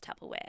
Tupperware